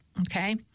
okay